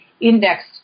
indexed